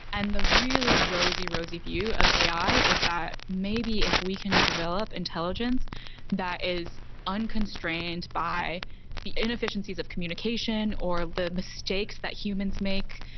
and the really rosy, rosy view of a i. is that maybe if we can develop intelligence that is unconstrained by the inefficiencies of communication or the mistakes that humans make,